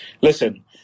Listen